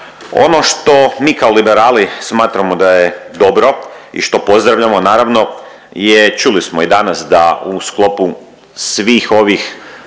Ono što mi kao liberali smatramo da je dobro i što pozdravljamo naravno, je čuli smo i danas da u sklopu svih ovih